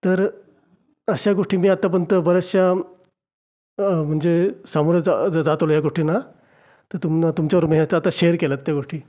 तर अशा गोष्टी मी आतापर्यंत बऱ्याचशा म्हणजे सामोरे जा जातो ह्या गोष्टींना तर तुमच्याबरोबर शेयर केल्या त्या गोष्टी